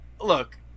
look